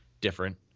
different